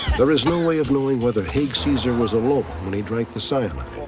there is no way of knowing whether haig caesar was alone when he drank the cyanide.